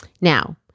Now